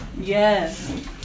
Yes